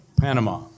Panama